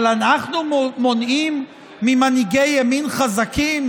אבל אנחנו מונעים ממנהיגי ימין חזקים